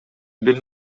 бир